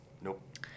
Nope